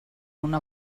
una